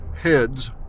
heads